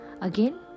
again